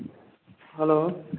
hello